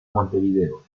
montevideo